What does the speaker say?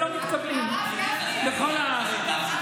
ולא מתקבלים בכל הארץ.